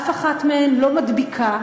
אף אחת מהן לא מדביקה.